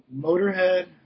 motorhead